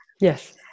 Yes